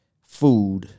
Food